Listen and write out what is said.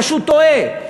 פשוט טועה.